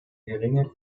geringen